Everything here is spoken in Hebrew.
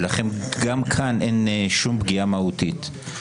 ולכן גם כאן אין שום פגיעה מהותית.